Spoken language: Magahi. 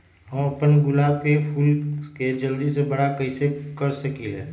हम अपना गुलाब के फूल के जल्दी से बारा कईसे कर सकिंले?